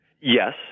Yes